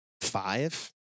five